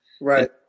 right